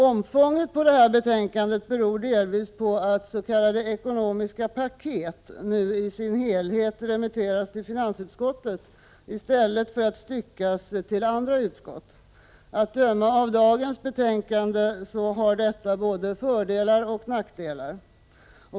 Omfånget på betänkandet beror delvis på att s.k. ekonomiska paket i sin helhet nu remitteras till finansutskottet i stället för att styckas till andra utskott. Att döma av dagens betänkande har detta både föroch nackdelar.